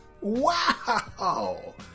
Wow